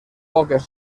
poques